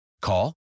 Call